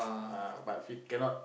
ah but she cannot